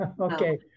Okay